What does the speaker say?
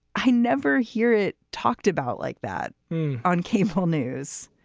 i never hear it talked about like that on cable news.